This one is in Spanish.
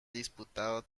disputado